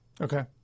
Okay